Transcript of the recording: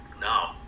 No